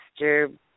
Mr